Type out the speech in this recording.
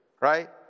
right